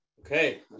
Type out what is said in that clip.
Okay